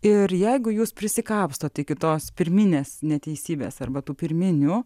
ir jeigu jūs prisikapstot iki tos pirminės neteisybės arba tų pirminių